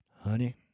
Honey